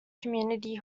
community